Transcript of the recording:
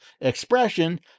expression